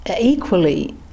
equally